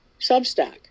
Substack